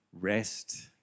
rest